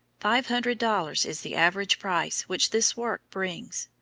five hundred dollars is the average price which this work brings.